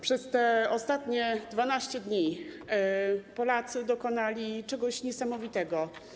Przez te ostatnie 12 dni Polacy dokonali czegoś niesamowitego.